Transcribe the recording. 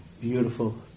beautiful